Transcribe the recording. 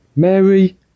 Mary